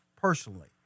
personally